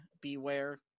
beware